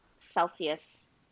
Celsius